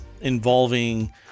involving